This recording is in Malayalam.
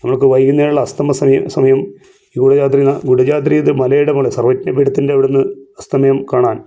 നമുക്ക് വൈകുന്നേരം ഉള്ള അസ്തമയസമയ സമയം ഈ കുടജാദ്രി കുടജാദ്രി എന്ന മലയുടെ പേരാണ് സർവ്വജ്ഞ പീഠത്തിൻ്റെ അവിടുന്ന് അസ്തമയം കാണാൻ